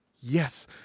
yes